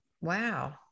wow